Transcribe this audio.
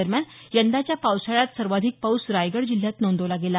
दरम्यान यंदाच्या पावसाळ्यात सर्वाधिक पाऊस रायगड जिल्ह्यात नोंदवला गेला